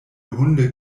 hunde